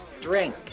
drink